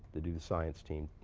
to do the science team,